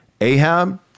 Ahab